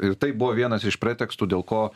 ir tai buvo vienas iš pretekstų dėl ko